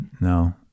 No